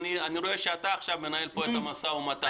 אני רואה שאתה עכשיו מנהל פה את המשא ומתן.